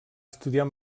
estudiar